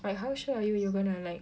like how sure are you you're gonna like